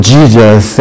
Jesus